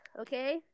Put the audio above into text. okay